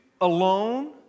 alone